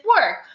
work